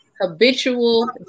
habitual